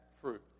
fruit